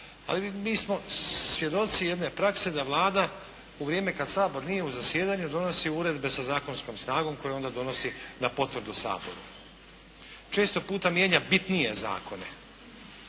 Ali mi smo svjedoci jedne prakse da Vlada u vrijeme kada Sabor nije u zasjedanju donosi uredbe sa zakonskom snagom koje onda donosi na potvrdu Saboru. Često puta mijenja bitnije zakone,